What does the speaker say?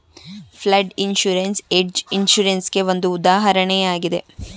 flood insurance hedge insurance ಗೆ ಒಂದು ಉದಾಹರಣೆಯಾಗಿದೆ